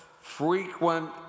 frequent